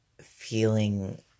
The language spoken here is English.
feeling